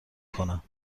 کنم